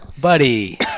Buddy